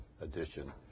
edition